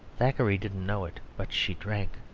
thackeray didn't know it but she drank.